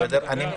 בסדר.